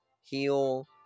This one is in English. Heal